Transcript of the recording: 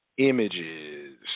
Images